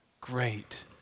great